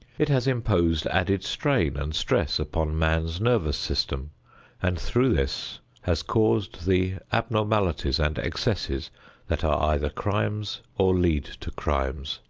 it has imposed added strain and stress upon man's nervous system and through this has caused the abnormalities and excesses that are either crimes or lead to crimes.